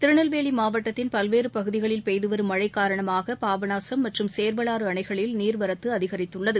திருநெல்வேலிமாவட்டத்தின் பல்வேறுபகுதிகளில் பெய்துவரும் மழகாரணமாகபாபநாசம் மற்றும் சேர்வலாறுஅணைகளில் நீர்வரத்துஅதிகரித்துள்ளது